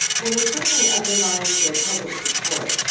well it certainly undermines their public support.